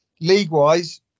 league-wise